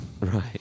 Right